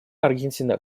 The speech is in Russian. аргентина